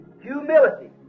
Humility